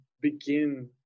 begin